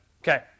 Okay